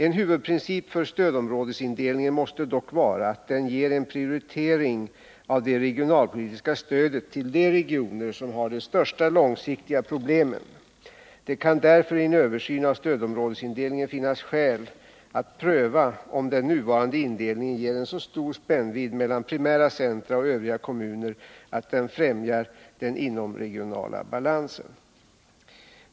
En huvudprincip för stödområdesindelningen måste dock vara att den ger en prioritering av det regionalpolitiska stödet till de regioner som har de största långsiktiga problemen. Det kan därför i en översyn av stödområdesindelningen finnas skäl att pröva om den nuvarande indelningen ger en så stor spännvidd mellan primära centra och övriga kommuner att den främjar den inomregionala balansen.